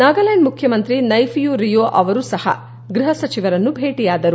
ನಾಗಾಲ್ಕಾಂಡ್ ಮುಖ್ಯಮಂತ್ರಿ ನೈಫಿಯು ರಿಯೊ ಅವರು ಸಹ ಗೃಹ ಸಚಿವರನ್ನು ಭೇಟಿಯಾದರು